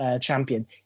champion